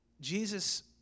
Jesus